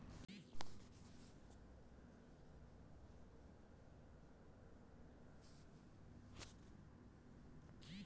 basis risk hedge करे वाला संपत्ति क कीमत आउर संपत्ति क कीमत के बीच अंतर के कारण पैदा होला